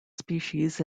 species